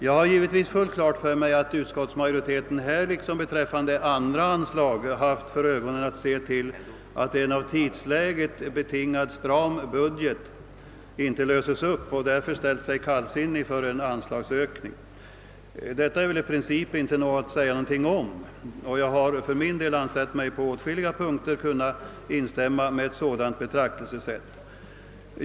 Jag har givetvis fullt klart för mig att utskottsmajoriteten här liksom beträffande andra anslag haft för ögonen att se till, att en av tidsläget betingad stram budget inte löses upp, och därför ställt sig kallsinnig inför en anslagsökning. Detta är i princip inte att säga något om, och jag har för min del ansett mig på åtskilliga punkter kunna instämma i ett sådant betraktelsesätt.